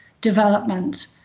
development